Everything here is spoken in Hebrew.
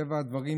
מטבע הדברים,